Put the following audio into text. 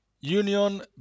Union